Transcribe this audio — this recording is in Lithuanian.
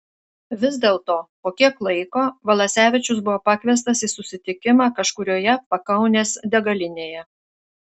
vis dėlto po kiek laiko valasevičius buvo pakviestas į susitikimą kažkurioje pakaunės degalinėje